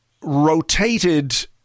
rotated